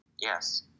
yes